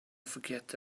forget